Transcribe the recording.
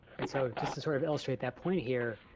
and so just to sort of illustrate that point here,